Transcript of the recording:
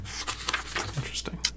Interesting